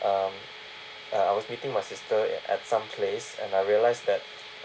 um uh I was meeting my sister at at some place and I realised that